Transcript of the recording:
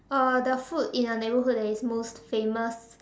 uh the food in your neighbourhood that is most famous